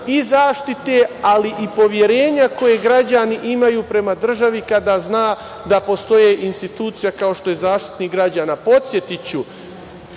i zaštite, ali i poverenja koje građani imaju prema državi kada zna da postoje institucija, kao što je Zaštitnik građana. Podsetiću,